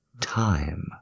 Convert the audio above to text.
time